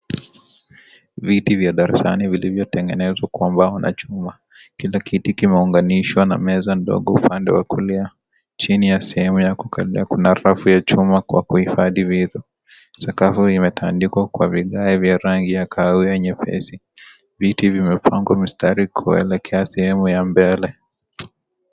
Viti vya darasani vilivyotengenezwa kwa mbao na chuma. Kila kiti kimeunganishwa na meza ndogo upande wa kulia. Chini ya sehemu ya kukalia kuna rafu ya chuma kwa kuhifadhi vitu. Sakafu imetandikwa kwa vigae vya rangi ya kahawia nyepesi. Viti vimepangwa mistari kuelekea sehemu ya mbele.